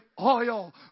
oil